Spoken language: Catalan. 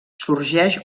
sorgeix